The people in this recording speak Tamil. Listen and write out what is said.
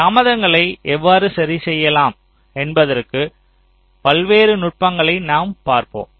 தாமதங்களை எவ்வாறு சரிசெய்யலாம் என்பதற்கு பல்வேறு நுட்பங்களை நாம் பார்ப்போம்